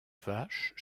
vaches